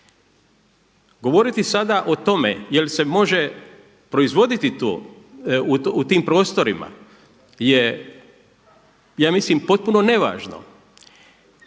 Govoriti sada o tome jel' se može proizvoditi to u tim prostorima je ja mislim potpuno nevažno.